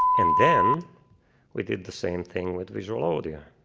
and then we did the same thing with visualaudio,